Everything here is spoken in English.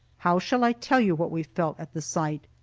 how shall i tell you what we felt at the sight?